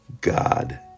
god